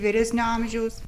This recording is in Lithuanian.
vyresnio amžiaus